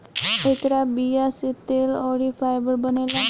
एकरा बीया से तेल अउरी फाइबर बनेला